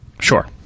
Sure